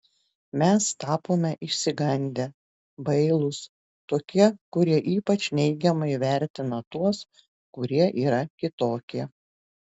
mes tapome išsigandę bailūs tokie kurie ypač neigiamai vertina tuos kurie yra kitokie